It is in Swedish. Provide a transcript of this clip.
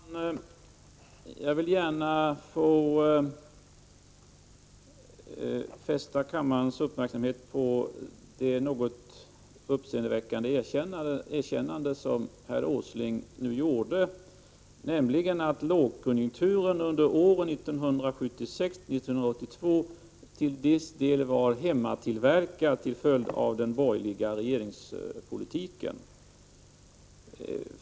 Herr talman! Jag vill gärna fästa kammarens uppmärksamhet på det något uppseendeväckande erkännande som herr Åsling nu gjorde, nämligen att lågkonjunkturen under åren 1976-1982 till viss del var hemmatillverkad på grund av den borgerliga regeringspolitiken.